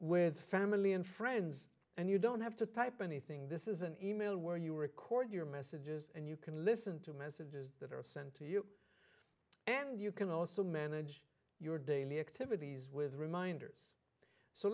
with family and friends and you don't have to type anything this is an e mail where you record your messages and you can listen to messages that are sent to you and you can also manage your daily activities with reminders so